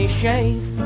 shave